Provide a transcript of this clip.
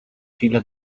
shiela